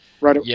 right